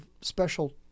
special